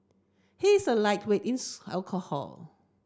he is a lightweight in alcohol